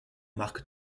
marc